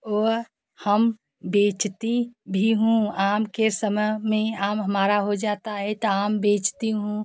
वह हम बेचती भी हूँ आम के समय में आम हमारा हो जाता है तो आम बेचती हूँ